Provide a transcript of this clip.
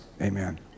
Amen